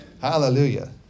Hallelujah